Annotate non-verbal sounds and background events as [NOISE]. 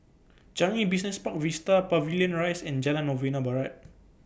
Changi Business Park Vista Pavilion Rise and Jalan Novena Barat [NOISE]